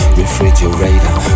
refrigerator